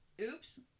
Oops